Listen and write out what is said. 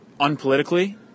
unpolitically